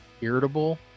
irritable